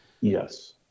Yes